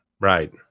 Right